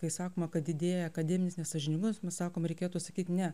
kai sakoma kad didėja akademinis nesąžiningumas mes sakom reikėtų sakyti ne